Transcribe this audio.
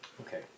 Okay